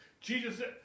Jesus